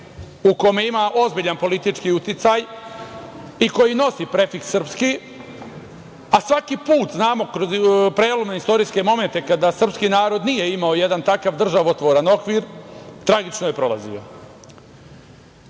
u kome ima ozbiljan politički uticaj i koji nosi prefiks srpski, a svaki put znamo kroz prelomne istorijske momente kada srpski narod nije imao jedan takav državotvoran okvir, tragično je prolazio. Ta